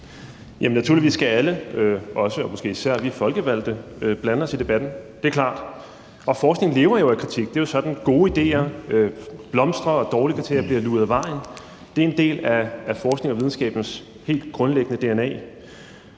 (RV): Naturligvis skal alle, måske især vi folkevalgte, blande sig i debatten, det er klart, og forskning lever jo af kritik. Det er jo sådan, gode idéer blomstrer og dårlige idéer bliver luget af vejen. Det er en del af forskningen og videnskabens helt grundlæggende dna.